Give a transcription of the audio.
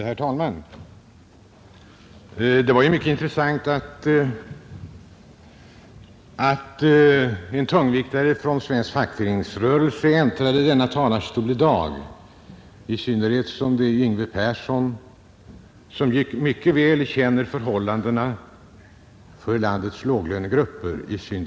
Herr talman! Det var mycket intressant att en tungviktare från svensk fackföreningsrörelse äntrade denna talarstol i dag, i synnerhet som Yngve Persson såsom ordförande för sitt fackförbund noga känner förhållandena för landets låglönegrupper.